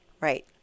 Right